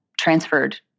transferred